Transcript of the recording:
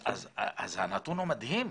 הנתון הוא מדהים.